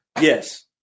yes